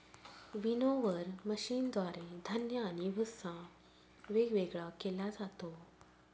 winnower मशीनद्वारे धान्य आणि भुस्सा वेगवेगळा केला जातो